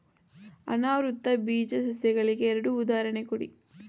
ಅನಾವೃತ ಬೀಜ ಸಸ್ಯಗಳಿಗೆ ಎರಡು ಉದಾಹರಣೆಗಳನ್ನು ಕೊಡಿ